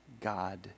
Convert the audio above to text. God